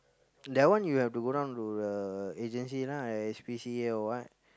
that one you have to go down to the agency right S_P_C_A or what